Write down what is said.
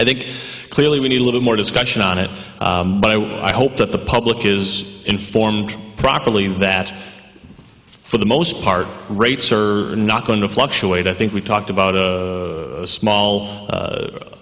i think clearly we need a little more discussion on it but i hope that the public is informed properly that for the most part rates are not going to fluctuate i think we talked about a small